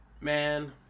Man